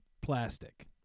plastic